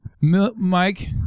Mike